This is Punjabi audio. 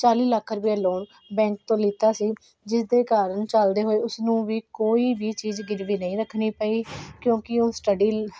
ਚਾਲੀ ਲੱਖ ਰੁਪਏ ਲੋਨ ਬੈਂਕ ਤੋਂ ਲਿੱਤਾ ਸੀ ਜਿਸਦੇ ਕਾਰਨ ਚੱਲਦੇ ਹੋਏ ਉਸਨੂੰ ਵੀ ਕੋਈ ਵੀ ਚੀਜ਼ ਗਿਰਵੀ ਨਹੀਂ ਰੱਖਣੀ ਪਈ ਕਿਉਂਕਿ ਉਹ ਸਟੱਡੀ